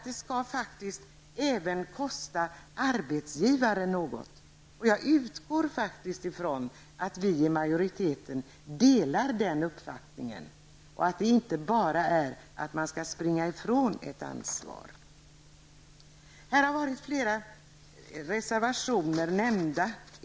Det skall faktiskt även kosta arbetsgivaren något, och jag utgår faktiskt från att majoriteten delar den uppfattningen. Man skall inte bara springa ifrån ett ansvar. Här har nämnts flera reservationer.